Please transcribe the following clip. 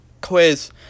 quiz